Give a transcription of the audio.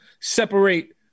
Separate